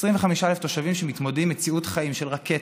25,000 תושבים שמתמודדים עם מציאות חיים של רקטות,